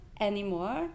anymore